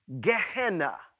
Gehenna